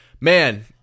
man